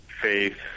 faith